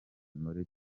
muri